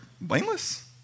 blameless